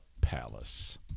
Palace